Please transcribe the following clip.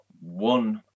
one